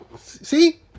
see